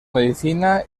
medicina